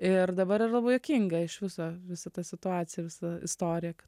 ir dabar yra labai juokinga iš viso visa ta situacija visa istorija